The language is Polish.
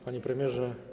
Panie Premierze!